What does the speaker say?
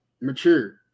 mature